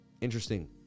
Interesting